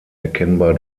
erkennbar